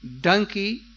Donkey